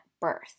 birth